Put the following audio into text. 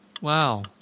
Wow